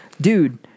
dude